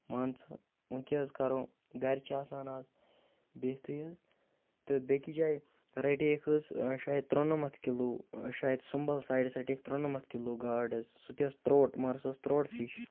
مان ژٕ وٕنۍ کیٛاہ حظ کَرو گَرِ چھِ آسان اَز بِہتھٕے حظ تہٕ بیٚکِس جایہِ رٹییَکھ حظ شاید ترُنَمَتھ کِلوٗ شاید سُمبل سایڈَس رَٹییَکھ ترُنَمَتھ کِلوٗ گاڈ حظ سُہ تہِ ٲس ترٛوٹ مگر سُہ ٲس ترٛوٹ فِش